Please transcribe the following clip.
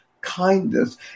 kindness